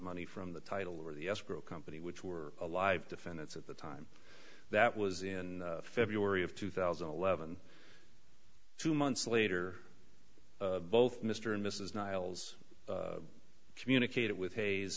money from the title or the escrow company which were alive defend it's at the time that was in february of two thousand and eleven two months later both mr and mrs niles communicated with hayes